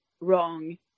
wrong